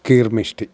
കീർമിശ്ട്ടി